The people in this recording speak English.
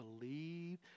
believe